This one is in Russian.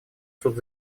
суд